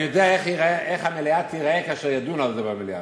אני יודע איך המליאה תיראה כאשר ידונו על זה במליאה,